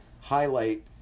highlight